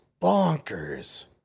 bonkers